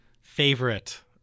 favorite